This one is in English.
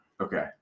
Okay